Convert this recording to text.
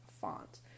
font